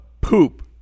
poop